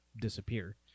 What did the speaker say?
disappear